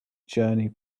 journey